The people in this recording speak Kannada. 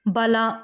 ಬಲ